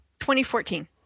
2014